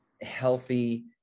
healthy